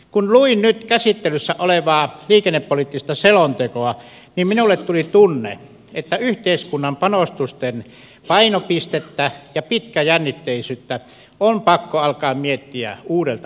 kun luin nyt käsittelyssä olevaa liikennepoliittista selontekoa niin minulle tuli tunne että yhteiskunnan panostusten painopistettä ja pitkäjännitteisyyttä on pakko alkaa miettiä uudelta pohjalta